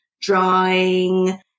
drawing